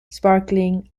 sparkling